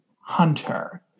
Hunter